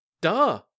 Duh